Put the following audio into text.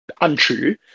untrue